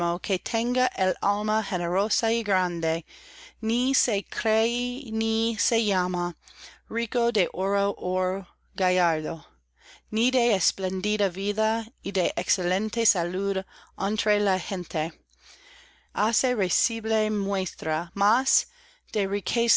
que tenga el alma generosa y grande ni se cree ni se llama rico de oro ó gallardo til de espléndida vida y de excelente saiud entre la gente hace risible muestra mas